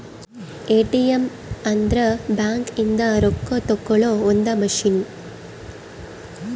ATM ಅಂದ್ರ bank ಇಂದ ರೊಕ್ಕ ತೆಕ್ಕೊಳೊ ಒಂದ್ ಮಸಿನ್